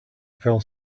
fell